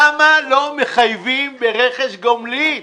למה לא מחייבים ברכש גומלין?